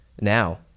now